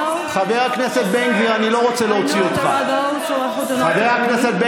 ישבור את הרוח הזו.